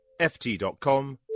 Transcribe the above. ft.com